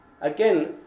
again